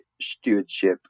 stewardship